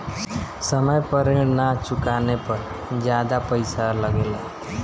समय पर ऋण ना चुकाने पर ज्यादा पईसा लगेला?